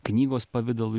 knygos pavidalu